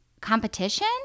competition